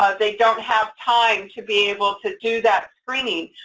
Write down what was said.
ah they don't have time to be able to do that screening,